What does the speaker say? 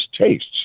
tastes